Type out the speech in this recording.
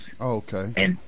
Okay